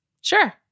Sure